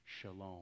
shalom